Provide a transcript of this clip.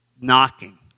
knocking